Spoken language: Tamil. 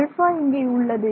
α இங்கே உள்ளது